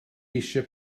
eisiau